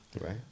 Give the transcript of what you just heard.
Right